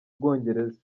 bwongereza